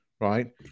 right